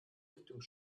richtung